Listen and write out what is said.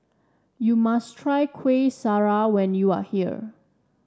you must try Kuih Syara when you are here